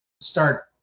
start